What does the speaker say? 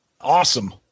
Awesome